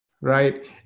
Right